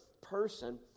person